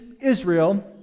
Israel